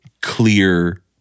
clear